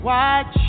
Watch